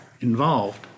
involved